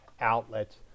outlets